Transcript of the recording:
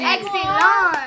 Excellent